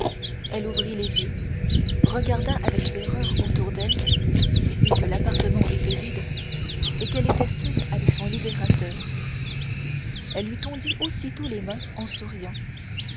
elle ouvrit les yeux regarda avec terreur autour d'elle vit que l'appartement était vide et qu'elle était seule avec son libérateur elle lui tendit aussitôt les mains en souriant